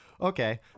Okay